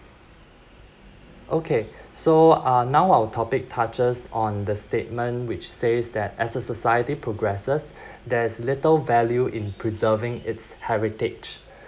okay so uh now our topic touches on the statement which says that as a society progresses there's little value in preserving its heritage